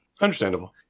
Understandable